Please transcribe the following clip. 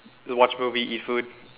the watch movie eat food